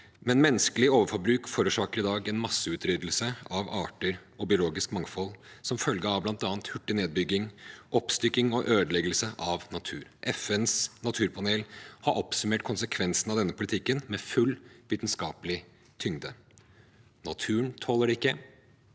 den. Menneskelig overforbruk forårsaker i dag en masseutryddelse av arter og biologisk mangfold som følge av bl.a. hurtig nedbygging, oppstykking og ødeleggelse av naturen. FNs naturpanel har oppsummert konsekvensene av denne politikken med full vitenskapelig tyngde. Naturen tåler det